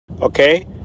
okay